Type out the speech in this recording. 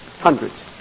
Hundreds